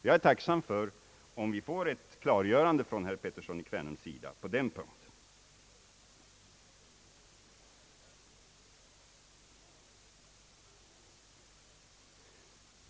Jag är tacksam om vi kan få ett klargörande från herr Pettersson på den punkten.